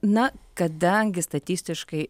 na kadangi statistiškai